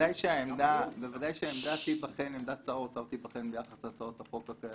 בוודאי שעמדת שר האוצר תיבחן ביחס להצעות החוק הקיימות.